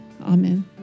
Amen